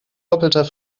doppelter